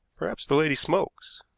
perhaps the lady smokes.